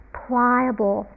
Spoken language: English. pliable